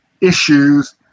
issues